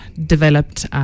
developed